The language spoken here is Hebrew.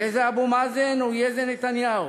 יהיה זה אבו מאזן או יהיה זה נתניהו,